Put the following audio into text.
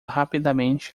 rapidamente